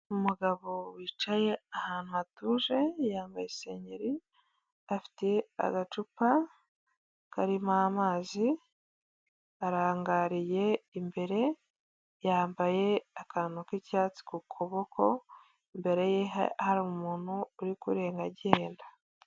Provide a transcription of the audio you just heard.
Umugabo wicaye ahantu hatuje, yambaye isengeri, afite agacupa karimo amazi, arangariye imbere, yambaye akantu k'icyatsi ku kuboko, imbere ye hari umuntu uri kurenga agenda.